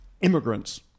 immigrants